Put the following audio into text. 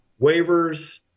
waivers